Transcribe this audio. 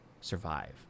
survive